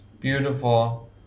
Beautiful